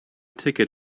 ticket